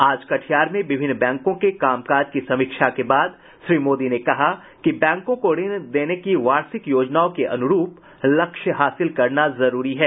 आज कटिहार में विभिन्न बैंकों के कामकाज की समीक्षा के बाद श्री मोदी ने कहा कि बैंकों को ऋण देने की वार्षिक योजनाओं के अनुरूप लक्ष्य हासिल करना जरूरी है